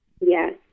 yes